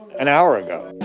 an hour ago.